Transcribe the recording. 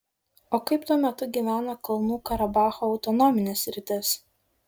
o kaip tuo metu gyveno kalnų karabacho autonominė sritis